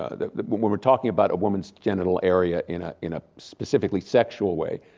ah when when we're talking about a woman's genital area in ah in a specifically sexual way.